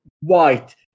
white